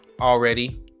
already